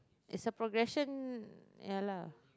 it's a progression ya lah